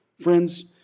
Friends